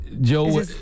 Joe